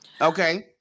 Okay